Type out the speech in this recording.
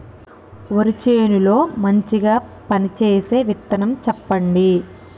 వరి చేను లో మంచిగా పనిచేసే విత్తనం చెప్పండి?